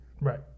Right